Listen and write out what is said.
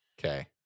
Okay